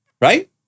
Right